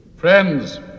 Friends